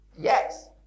Yes